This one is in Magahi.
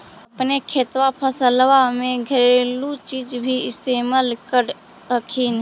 अपने खेतबा फसल्बा मे घरेलू चीज भी इस्तेमल कर हखिन?